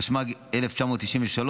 התשמ"ג 1993,